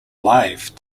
live